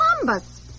Columbus